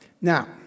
Now